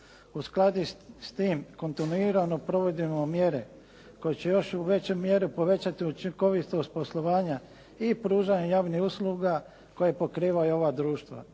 U skladu s tim kontinuirano provodimo mjere koje će još u većoj mjeri povećati učinkovitost poslovanja i pružanja javnih usluga koja pokrivaju ova društva,